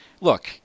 Look